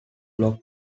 blocks